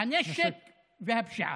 הנשק והפשיעה.